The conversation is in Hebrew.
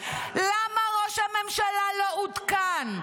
למה הממשלה לא עודכן?